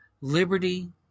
liberty